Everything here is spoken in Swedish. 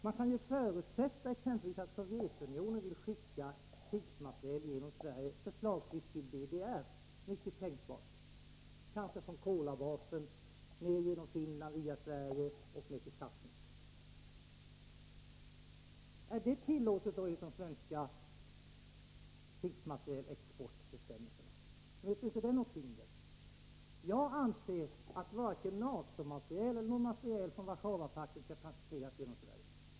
Man kan ju exempelvis förutsätta att Sovjetunionen vill skicka krigsmateriel genom Sverige, förslagsvis till DDR — mycket tänkbart — kanske från Kolabasen, genom Finland, via Sverige och ner till Sassnitz. Är det tillåtet enligt de svenska krigsmaterielexportbestämmelserna? Möter inte det något hinder? Jag anser att varken NATO-materiel eller materiel från Warszawapakten skall transiteras genom Sverige.